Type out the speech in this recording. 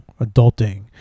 Adulting